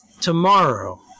tomorrow